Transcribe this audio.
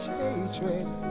hatred